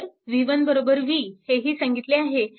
तर v1 v हेही सांगितले आहे